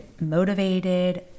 motivated